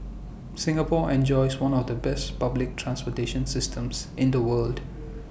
Singapore enjoys one of the best public transportation systems in the world